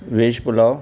वेश पुलाउ